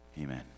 Amen